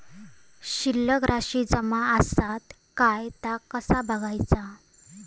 शिल्लक राशी जमा आसत काय ता कसा बगायचा?